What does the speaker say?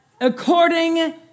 according